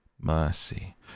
mercy